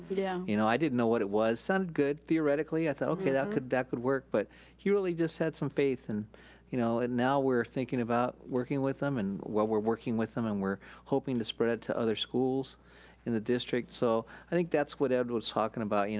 yeah you know i didn't know what it was. sounded good, theoretically. i thought, okay, that could that could work. but he really just had some faith. and you know and now we're thinking about working with em. and well we're working with em and we're hoping to spread it to other schools in the district. so i think that's what ed was talking about. yeah